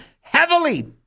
heavily